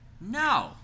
no